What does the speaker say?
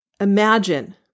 imagine